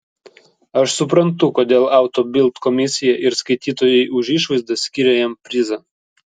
aš suprantu kodėl auto bild komisija ir skaitytojai už išvaizdą skyrė jam prizą